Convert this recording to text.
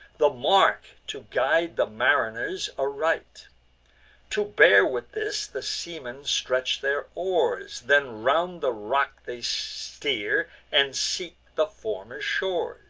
the mark to guide the mariners aright. to bear with this, the seamen stretch their oars then round the rock they steer, and seek the former shores.